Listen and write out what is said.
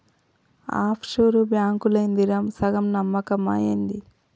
half sure బాంకులేందిరా, సగం నమ్మకమా ఏంది